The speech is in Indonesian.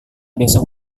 besok